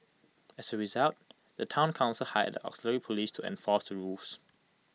as A result the Town Council hired the auxiliary Police to enforce the rules